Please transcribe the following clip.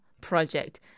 project